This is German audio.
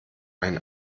ein